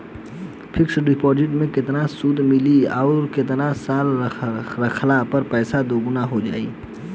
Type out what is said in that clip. Fix deposit मे केतना सूद मिली आउर केतना साल रखला मे पैसा दोगुना हो जायी?